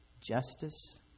Justice